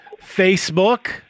Facebook